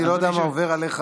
אני לא יודע מה עובר עליך,